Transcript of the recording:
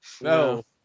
No